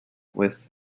with